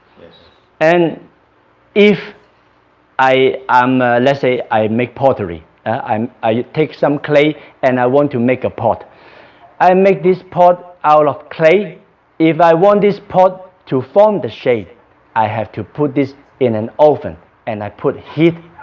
and if i um let's say i make pottery i um i take some clay and i want to make a pot i make this pot out of clay if i want this pot to form the shape i have to put this in an oven and i put heat